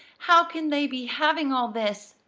how can they be having all this?